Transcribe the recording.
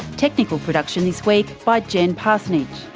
technical production this week by jen parsonage,